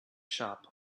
shop